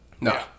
No